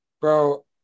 bro